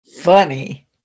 Funny